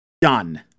done